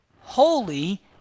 holy